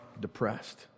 depressed